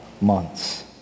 months